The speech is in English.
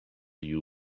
you